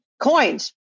coins